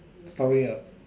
story ah